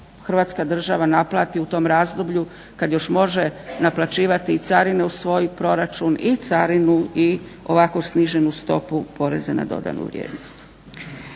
Hrvatska država naplati u tom razdoblju kad još može naplaćivati i carine u svoj proračun i carinu i ovako sniženu stopu poreza na dodanu vrijednost.